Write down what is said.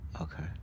Okay